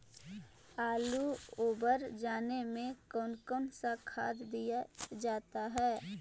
आलू ओवर जाने में कौन कौन सा खाद दिया जाता है?